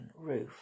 roof